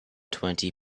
twenty